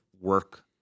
Work